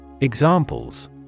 Examples